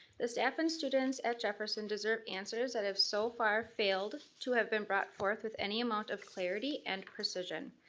the staff and students at jefferson deserve answers that have so far failed to have been brought forth with any amount of clarity and precision.